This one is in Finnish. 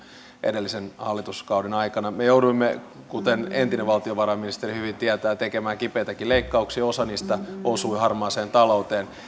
edellisen hallituskauden aikana me jouduimme kuten entinen valtiovarainministeri hyvin tietää tekemään kipeitäkin leikkauksia osa niistä osui harmaaseen talouteen